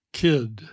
kid